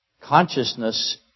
consciousness